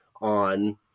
on